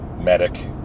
medic